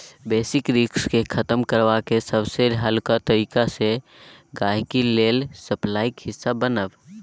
basis risk केँ खतम करबाक सबसँ हल्लुक तरीका छै गांहिकी लेल सप्लाईक हिस्सा बनब